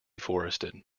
forested